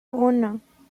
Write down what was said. uno